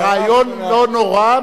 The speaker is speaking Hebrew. הרעיון לא נורא,